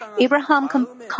Abraham